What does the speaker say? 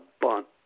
bunt